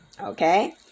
Okay